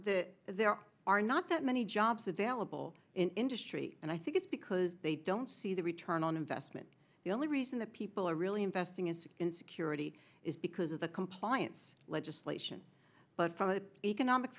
that there are not that many jobs available in industry and i think it's because they don't see the return on investment the only reason that people are really investing is in security is because of the compliance legislation but from the economic